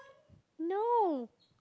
no